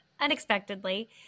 unexpectedly